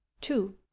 Two